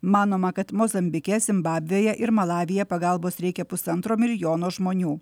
manoma kad mozambike zimbabvėje ir malavyje pagalbos reikia pusantro milijono žmonių